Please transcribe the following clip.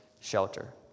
shelter